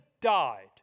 died